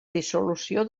dissolució